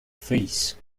fees